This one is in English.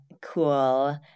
cool